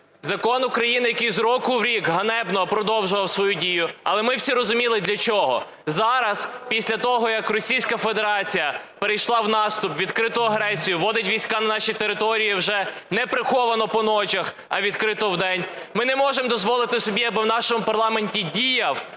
закон України, який з року в рік ганебно продовжував свою дію, але ми всі розуміли, для чого. Зараз, після того як Російська Федерація перейшла в наступ, відкриту агресію, вводить війська на наші території вже не приховано по ночах, а відкрито вдень, ми не можемо дозволити собі, аби в нашому парламенті діяв